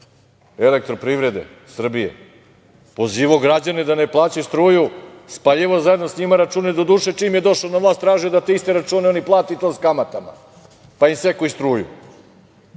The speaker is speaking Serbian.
„Elektroprivrede Srbije“, pozivao građane da ne plaćaju struju, spaljivao zajedno sa njima račune. Doduše čim je došao na vlast tražio je da te iste račune oni plate i to sa kamatama, pa im sekao i struju.